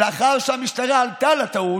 לאחר שהמשטרה עלתה על הטעות,